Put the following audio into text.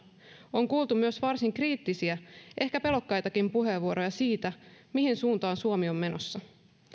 on kuultu myös varsin kriittisiä ehkä pelokkaitakin puheenvuoroja siitä mihin suuntaan suomi on menossa